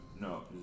No